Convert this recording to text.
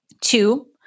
Two